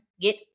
get